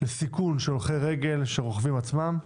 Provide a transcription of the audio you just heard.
לסיכון הולכי רגל של הרוכבים עצמם.